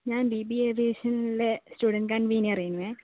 ഞാൻ B B A ഏവിയേഷനിലെ student convener ഏനുവെ